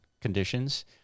conditions